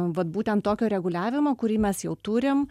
vat būtent tokio reguliavimo kurį mes jau turim